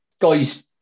guy's